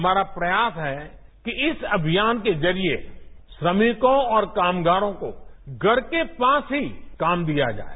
हमारा प्रयास है इस अभियान के जरिए श्रमिकों और कामगारों को घर के पास ही काम दिया जाए